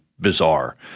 bizarre